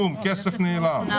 כלום, הכסף נעלם.